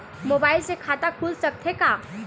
Mobile से खाता खुल सकथे का?